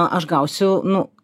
aš gausiu nu